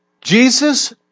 Jesus